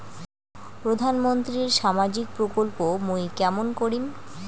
প্রধান মন্ত্রীর সামাজিক প্রকল্প মুই কেমন করিম?